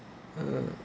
uh